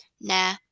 Nah